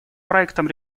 проектом